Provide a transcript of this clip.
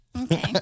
Okay